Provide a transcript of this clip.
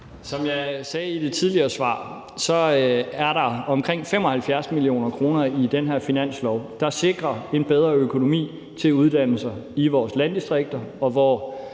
Som jeg sagde i det tidligere svar, er der omkring 75 mio. kr. i den her finanslov, der sikrer en bedre økonomi til uddannelser i vores landdistrikter, hvor